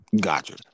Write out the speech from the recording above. Gotcha